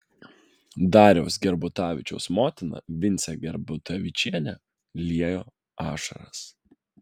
dariaus gerbutavičiaus motina vincė gerbutavičienė liejo ašaras